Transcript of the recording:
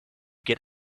get